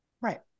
Right